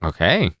Okay